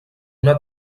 una